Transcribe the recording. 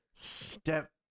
Step